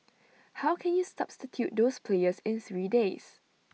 how can you substitute those players in three days